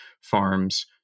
farms